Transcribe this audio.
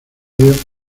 vídeo